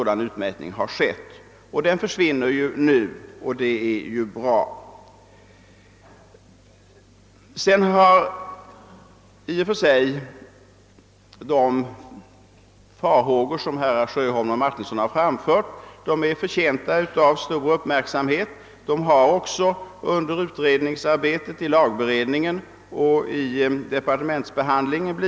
Denna form av utmätning försvinner nu, och det är ju bra. De farhågor som herr Sjöholm och herr Martinsson framfört är förtjänta av stor uppmärksamhet. De har också blivit föremål för stor uppmärksamhet under utredningsarbetet, i lagberedningen och under departementsbehandlingen.